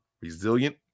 resilient